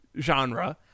genre